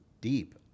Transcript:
deep